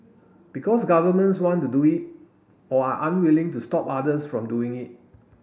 because governments want to do it or are unwilling to stop others from doing it